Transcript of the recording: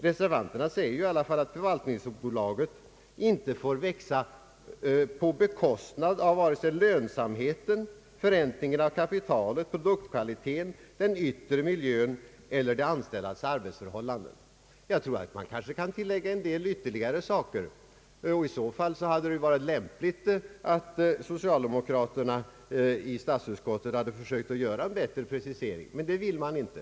Reservanterna säger i alla fall att förvaltningsbolaget inte får växa på bekostnad av vare sig lönsamheten, förräntningen av kapitalet, produktkvalitén, den yttre miljön eller de anställdas arbetsförhållanden. Jag tror att man kan tillägga ytterligare en del saker. Socialdemokraterna i statsutskottet hade ju kunnat försöka göra en bättre precisering, men det ville de inte.